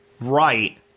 right